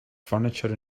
furniture